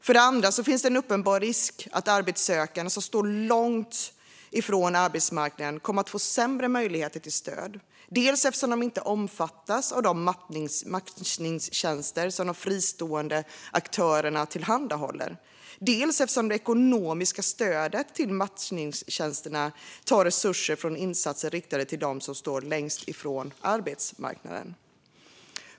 För det andra finns det en uppenbar risk att arbetssökande som står långt ifrån arbetsmarknaden kommer att få sämre möjligheter till stöd, dels eftersom de inte omfattas av de matchningstjänster som de fristående aktörerna tillhandahåller, dels eftersom det ekonomiska stödet till matchningstjänsterna tar resurser från insatser riktade till dem som står längst ifrån arbetsmarknaden.